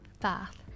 Bath